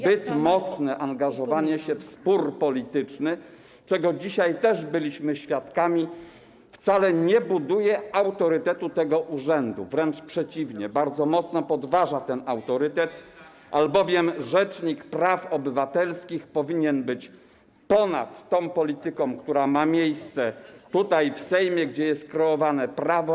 Zbyt mocne angażowanie się w spór polityczny, czego dzisiaj też byliśmy świadkami, wcale nie buduje autorytetu tego urzędu, wręcz przeciwnie, bardzo mocno podważa ten autorytet, albowiem rzecznik praw obywatelskich powinien być ponad polityką, która ma miejsce tutaj, w Sejmie, gdzie jest kreowane prawo.